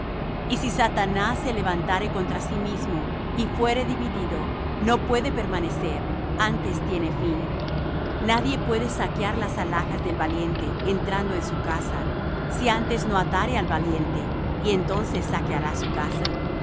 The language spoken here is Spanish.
y si satanás se levantare contra sí mismo y fuere dividido no puede permanecer antes tiene fin nadie puede saquear las alhajas del valiente entrando en su casa si antes no atare al valiente y entonces saqueará su casa